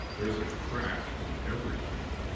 there's a crack in everything.